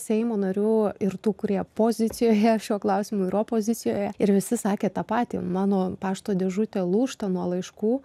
seimo narių ir tų kurie pozicijoje šiuo klausimu ir opozicijoje ir visi sakė tą patį mano pašto dėžutė lūžta nuo laiškų